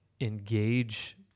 engage